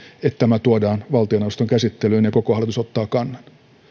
että tämä tuodaan valtioneuvoston käsittelyyn ja koko hallitus ottaa kannan